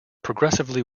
progressively